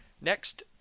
Next